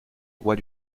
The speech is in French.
lois